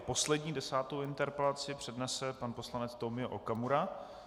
Poslední, desátou interpelaci přednese pan poslanec Tomio Okamura.